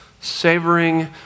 savoring